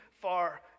far